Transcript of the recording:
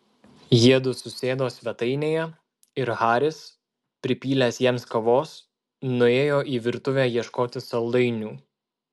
jiedu susėdo svetainėje ir haris pripylęs jiems kavos nuėjo į virtuvę ieškoti saldainių